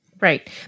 Right